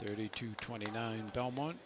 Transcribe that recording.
thirty two twenty nine belmont